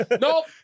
Nope